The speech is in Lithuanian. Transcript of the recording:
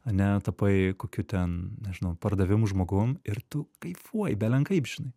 ane tapai kokiu ten nežinau pardavimų žmogum ir tu kaifuoji belenkaip žinai